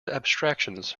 abstractions